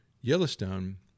Yellowstone